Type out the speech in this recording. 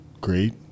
great